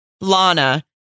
Lana